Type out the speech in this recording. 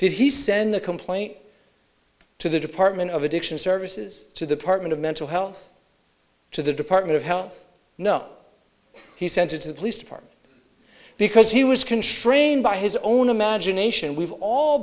does he send the complaint to the department of addiction services to the partment of mental health to the department of health know he sent it to the police department because he was constrained by his own imagination we've all